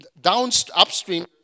downstream